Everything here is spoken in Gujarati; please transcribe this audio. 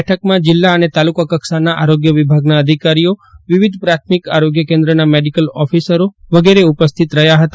બેઠકમાં જીલ્લા અને તાલુકા કક્ષાના આરીગ્ય વિભાગના અધિકારીઓ વિવિધ પ્રાથમિક આરોગ્ય કેન્દ્રોના મેડીકલ ઓફિસરો વગેરે ઉપસ્થિત રહ્યા હતા